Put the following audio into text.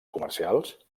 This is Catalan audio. comercials